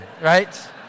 Right